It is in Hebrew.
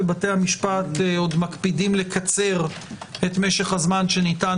ובתי המשפט עוד מקפידים לקצר את משך הזמן שניתן